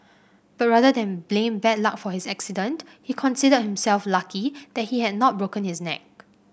but rather than blame bad luck for his accident he considered himself lucky that he had not broken his neck